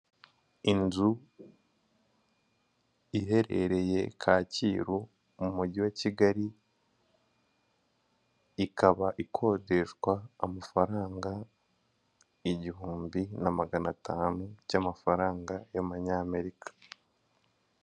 Inzu iherereye Kacyiru mu mujyi wa Kigali ikaba ikodeshwa amafaranga igihumbi na magana atanu by'amafaranga y'amanyamerika.